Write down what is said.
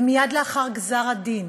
ומייד לאחר גזר-הדין,